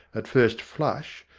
at first flush,